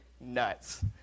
nuts